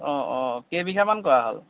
অঁ অঁ কেইবিঘামান কৰা হ'ল